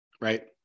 right